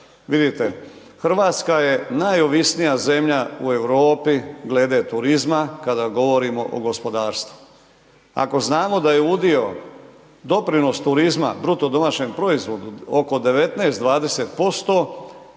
Vidite Hrvatska je najovisnija zemlje u Europi glede turizma kada govorimo o gospodarstvu, ako znamo da je udio, doprinos turizma bruto domaćem proizvodu oko 19, 20%